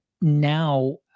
now